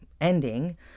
ending